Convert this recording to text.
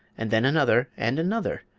and then another, and another,